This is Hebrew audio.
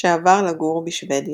שעבר לגור בשוודיה.